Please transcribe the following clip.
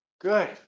Good